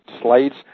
slides